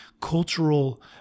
cultural